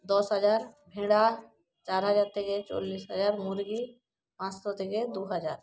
দশ হাজার ভেড়া চার হাজার থেকে চল্লিশ হাজার মুরগি পাঁচশো থেকে দু হাজার